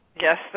Yes